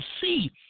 see